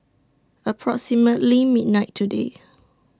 approximately midnight today